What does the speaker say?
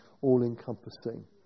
all-encompassing